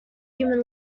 human